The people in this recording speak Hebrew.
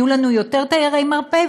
יהיו לנו יותר תיירי מרפא,